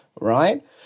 right